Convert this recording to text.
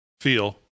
feel